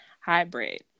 hybrid